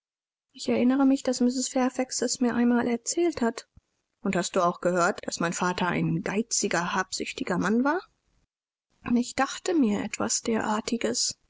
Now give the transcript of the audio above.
ich erinnere mich daß mrs fairfax es mir einmal erzählt hat und hast du auch gehört daß mein vater ein geiziger habsüchtiger mann war ich dachte mir etwas derartiges